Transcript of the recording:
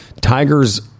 Tigers